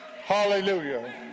Hallelujah